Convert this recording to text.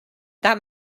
that